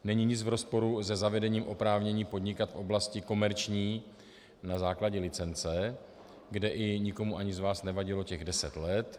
Není nic v rozporu se zavedením oprávnění podnikat v oblasti komerční na základě licence, kde nikomu z vás ani nevadilo těch deset let.